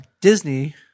Disney